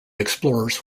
explorers